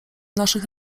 naszych